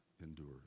endures